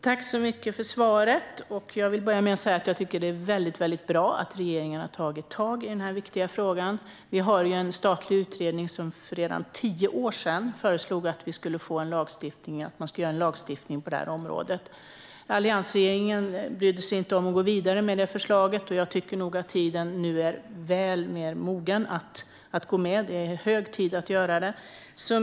Herr talman! Tack för svaret! Jag vill börja med att säga att jag tycker att det är väldigt bra att regeringen har tagit tag i denna viktiga fråga. En statlig utredning föreslog en lagstiftning på området redan för tio år sedan. Alliansregeringen brydde sig inte om att gå vidare med förslaget, och jag tycker nog att tiden nu är väl mogen och att det är hög tid att göra detta.